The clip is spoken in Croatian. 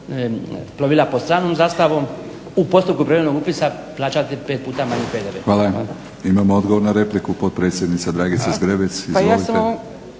plovila pod stranom zastavom u postupku privremenog upisa plaćati 5 puta manji PDV. **Batinić, Milorad (HNS)** Hvala. Imamo odgovor na repliku, potpredsjednica Dragica Zgrebec.